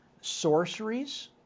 sorceries